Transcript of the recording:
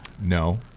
No